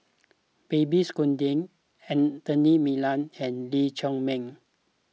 Babes Conde Anthony Miller and Lee Chiaw Meng